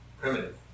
primitive